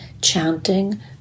chanting